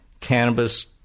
cannabis